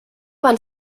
van